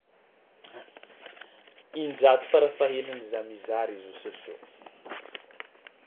Injato farafahaheliny za mizaha réseaux sociaux.